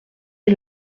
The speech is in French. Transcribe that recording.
est